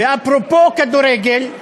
אפרופו כדורגל,